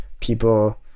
people